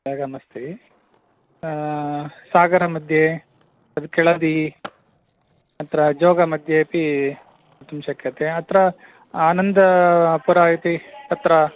जगमस्ति सागरमध्ये केलदी तत्र जोगमध्येऽपि कर्तुं शक्यते अत्र आनन्दपुरा इति तत्र